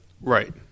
Right